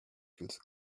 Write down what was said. feels